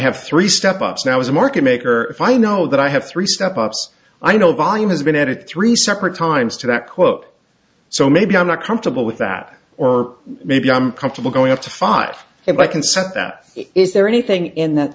have three step ups now as a market maker if i know that i have three step ups i know volume has been added three separate times to that quote so maybe i'm not comfortable with that or maybe i'm comfortable going up to five if i consent that is there anything in that